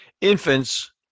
infants